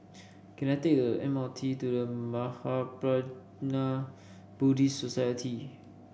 can I take the M R T to The Mahaprajna Buddhist Society